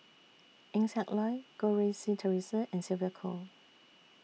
Eng Siak Loy Goh Rui Si Theresa and Sylvia Kho